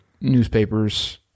newspapers